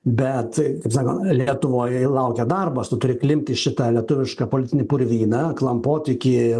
bet kaip sakoma lietuvoj laukia darbas tu turi klimpti į šitą lietuvišką politinį purvyną klampoti iki